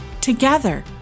Together